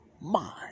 mind